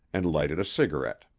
and lighted a cigarette.